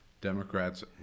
Democrats